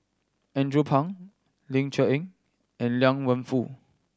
Andrew Phang Ling Cher Eng and Liang Wenfu